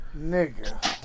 Nigga